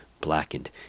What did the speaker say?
blackened